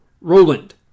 Roland